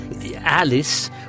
Alice